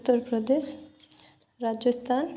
Uttar Pradesh Rajasthan